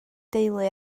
deulu